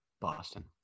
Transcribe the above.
Boston